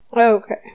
Okay